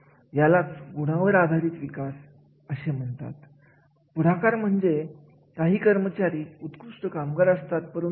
ते कार्य या विभागावर अवलंबून आहे अशा विभागाचा आधार असणे गरजेचे आहे ज्या व्यक्ती त्या कार्यामध्ये सहभागी आहेत त्या व्यक्तींना आधार देणे गरजेचे आहे